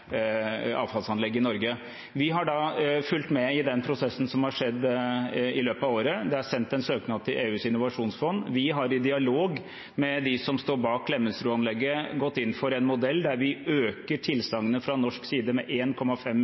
avfallsanlegg i Norge. Vi har fulgt med på den prosessen som har skjedd i løpet av året. Det er sendt en søknad til EUs innovasjonsfond. Vi har i dialog med dem som står bak Klemetsrud-anlegget, gått inn for en modell der vi øker tilsagnet fra norsk side med